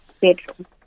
bedroom